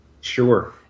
Sure